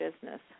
business